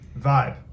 vibe